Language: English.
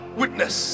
witness